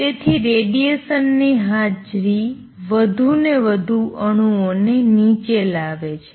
તેથી રેડિએશનની હાજરી વધુને વધુ અણુઓ ને નીચે લાવે છે